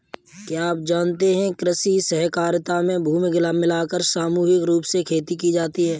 क्या आप जानते है कृषि सहकारिता में भूमि मिलाकर सामूहिक रूप से खेती की जाती है?